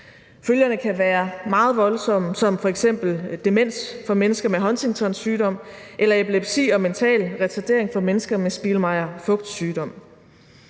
Følgerne kan være meget voldsomme, f.eks. demens for mennesker med Huntingtons sygdom eller epilepsi og mental retardering for mennesker med Spielmeyer-Vogts sygdom.